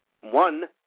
one